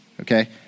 Okay